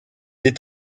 est